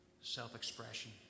self-expression